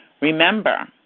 Remember